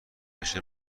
بشه